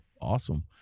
Awesome